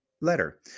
letter